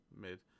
Mid